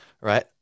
right